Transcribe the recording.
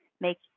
make